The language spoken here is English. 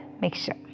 mixture